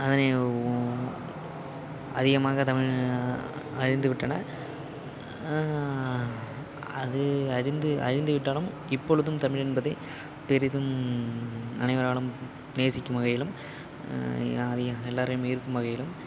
அதனை அதிகமாக தமிழ் அழிந்து விட்டன அது அழிந்து அழிந்து விட்டாலும் இப்பொழுதும் தமிழ் என்பதே பெரிதும் அனைவராலும் நேசிக்கும் வகையிலும் யாரை எல்லோரும் ஈர்க்கும் வகையிலும்